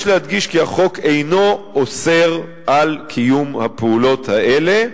יש להדגיש כי החוק אינו אוסר על קיום הפעולות האלה,